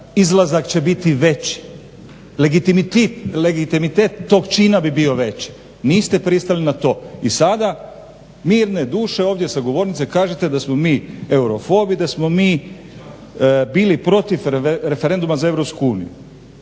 izlazak će biti veći, legitimitet tog čina bi bio veći. Niste pristali na to i sada mirne duše ovdje sa govornice kažete da smo mi eurofobi, da smo mi bili protiv referenduma za EU.